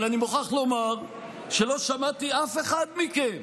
אבל אני מוכרח לומר שלא שמעתי אף אחד מכם